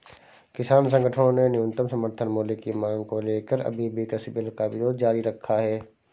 किसान संगठनों ने न्यूनतम समर्थन मूल्य की मांग को लेकर अभी भी कृषि बिल का विरोध जारी रखा है